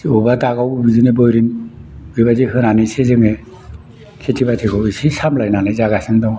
बबेबा दागाव बिदिनो बयरिं बेबायदि होनानैसो जोङो खेथि बाथिखौ इसे सामलायनानै जागासिनो दङ